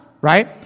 right